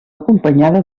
acompanyada